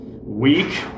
week